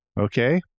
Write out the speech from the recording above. okay